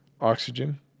oxygen